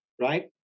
Right